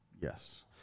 Yes